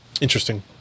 Interesting